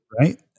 right